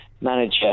manager